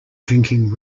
drinking